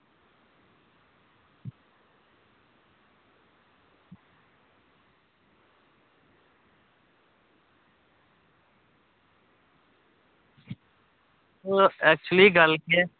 ओह् एक्चुअली गल्ल केह् ऐ